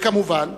ומי